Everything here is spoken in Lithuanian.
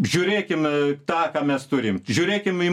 žiūrėkim tą ką mes turim žiūrėkim į